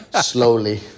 slowly